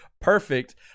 Perfect